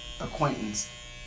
acquaintance